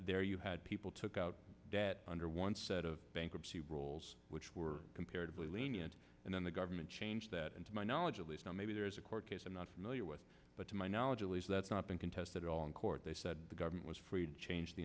there you had people took out debt under one set of bankruptcy rolls which were comparatively lenient and then the government changed that and to my knowledge of this now maybe there is a court case i'm not familiar with but to my knowledge at least that's not been contested at all in court they said the government was freed change the